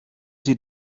sie